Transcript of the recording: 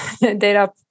data